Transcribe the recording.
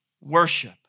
worship